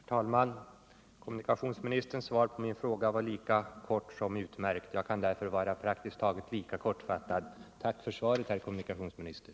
Herr talman! Kommunikationsministerns svar på min fråga var lika kort som utmärkt. Jag kan därför vara praktiskt taget lika kortfattad. Tack för svaret, herr kommunikationsminister!